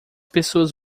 pessoas